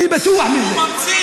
על סמך מה?